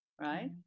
right